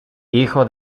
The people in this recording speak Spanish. hijo